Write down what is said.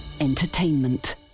Entertainment